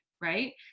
right